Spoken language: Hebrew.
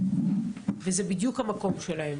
וזה בדיוק המקום שלכם,